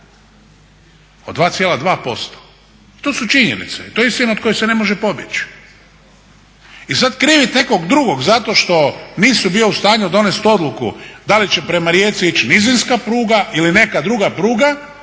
od 2,2%. To su činjenice, to je istina od koje se ne može pobjeći. I sad krivit nekog drugog zato što nisi bio u stanju donest odluku da li će prema Rijeci ići nizinska pruga ili neka druga pruga,